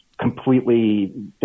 completely